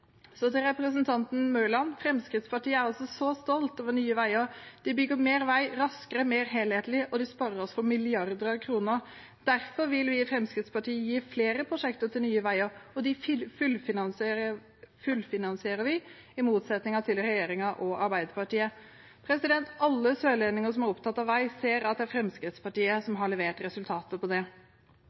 Til representanten Mørland: Fremskrittspartiet er så stolt over Nye Veier. De bygger mer vei raskere, mer helhetlig, og de sparer oss for milliarder av kroner. Derfor vil vi i Fremskrittspartiet gi flere prosjekter til Nye Veier, og dem fullfinansierer vi – i motsetning til regjeringen og Arbeiderpartiet. Alle sørlendinger som er opptatt av vei, ser at det er Fremskrittspartiet som har levert resultater.